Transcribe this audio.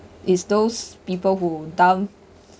is those people who dump